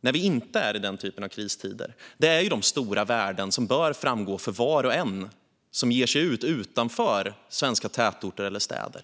när vi inte är i den typen av kristider är ändå de stora värden som bör framgå för var och en som ger sig ut utanför svenska tätorter eller städer.